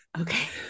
Okay